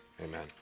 amen